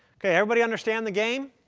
ok, everybody understand the game,